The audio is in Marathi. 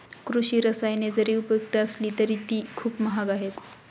कृषी रसायने जरी उपयुक्त असली तरी ती खूप महाग आहेत